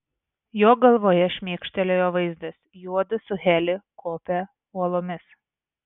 jo galvoje šmėkštelėjo vaizdas juodu su heli kopia uolomis